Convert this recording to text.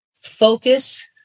focus